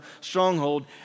stronghold